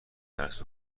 درس